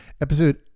Episode